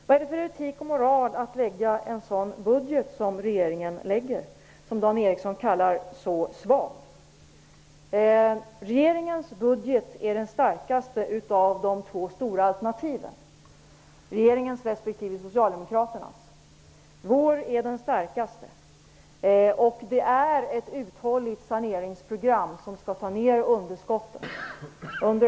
Vad är det då för etik och moral att lägga en sådan budget på riksdagens bord som regeringen gör, en budget som Dan Eriksson i Stockholm kallar svag? Regeringens budget är den starkaste av de två stora alternativen, regeringens och Socialdemokraternas. Det är ett uthålligt saneringsprogram som skall ta ned budgetunderskottet.